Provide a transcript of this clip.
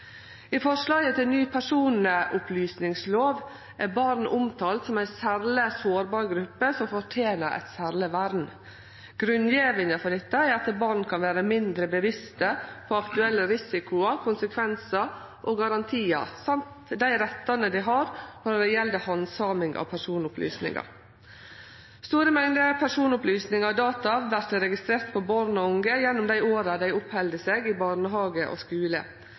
I forslaget til ny personopplysningslov er barn omtalte som ei særleg sårbar gruppe som fortener eit særleg vern. Grunngjevinga for dette er at barn kan vere mindre bevisste på aktuelle risikoar, konsekvensar og garantiar og dei rettane dei har når det gjeld handsaming av personopplysningar. Store mengder personopplysningar og data vert registrerte på barn og unge gjennom dei åra dei oppheld seg i barnehage og skule.